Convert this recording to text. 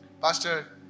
Pastor